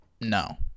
No